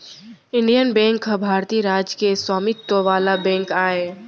Indian Bank ह भारतीय राज के स्वामित्व वाला बेंक आय